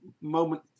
moment